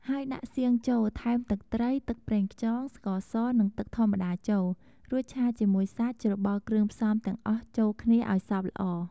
ហើយដាក់សៀងចូល ថែមទឹកត្រី ទឹកប្រេងខ្យង ស្ករស និងទឹកធម្មតាចូល រួចឆាជាមួយសាច់ ច្របល់គ្រឿងផ្សំទាំងអស់ចូលគ្នាឱ្យសព្វល្អ។